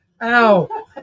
Ow